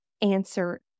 answer